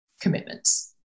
commitments